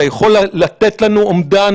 אתה יכול לתת לנו אומדן?